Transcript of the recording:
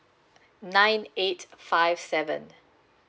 nine eight five seven